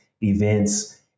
events